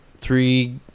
three